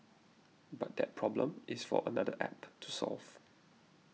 but that problem is for another App to solve